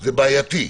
זה בעייתי.